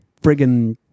...friggin